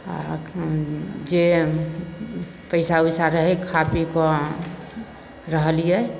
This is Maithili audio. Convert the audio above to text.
आओर अखन जे पइसा उइसा रहै खा पी कऽ रहलिए